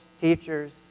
teachers